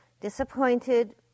disappointed